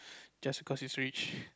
just because he's rich